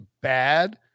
bad